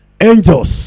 Angels